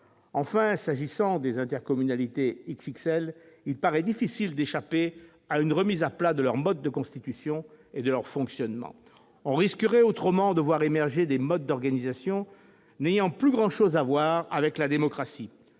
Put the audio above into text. Enfin, s'agissant des intercommunalités « XXL », il paraît difficile d'échapper à une remise à plat de leur mode de constitution et de leur fonctionnement. On risquerait autrement de voir émerger des formes d'organisation n'ayant plus grand-chose à voir avec la démocratie.